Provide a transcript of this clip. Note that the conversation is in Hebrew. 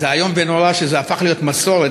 וזה איום ונורא שזה הפך להיות מסורת